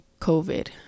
COVID